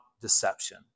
deception